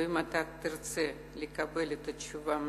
ואם אתה תרצה לקבל את התשובה מהמשרד,